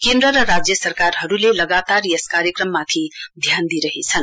केन्द्र र राज्य सरकारहरूले लगातार यस कार्यकममाथि ध्यान दिइरहेछन्